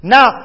Now